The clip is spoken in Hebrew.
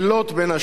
בין השאר,